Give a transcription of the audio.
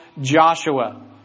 Joshua